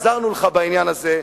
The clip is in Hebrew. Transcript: עזרנו לך בעניין הזה,